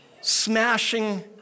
smashing